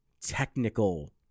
technical